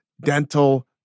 dental